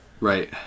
right